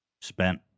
Spent